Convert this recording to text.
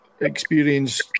experience